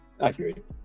Accurate